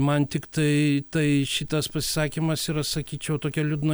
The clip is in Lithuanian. man tiktai tai šitas pasisakymas yra sakyčiau tokia liūdna